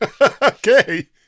Okay